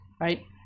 right